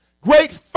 great